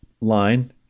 line